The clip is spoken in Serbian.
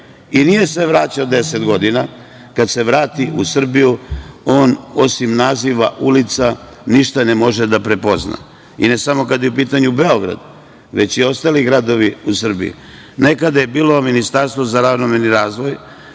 i nije se vraćao 10 godina, kad se vrati u Srbiju, on osim naziva ulica ništa ne može da prepozna, ne samo kad je u pitanju Beograd, već i ostali gradovi u Srbiji. Nekada je bilo ministarstvo za ravnomerni razvoj,